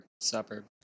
suburb